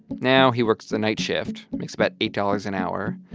now he works the night shift, makes about eight dollars an hour.